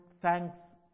thanks